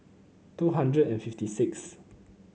two hundred and fifty sixth